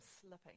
slipping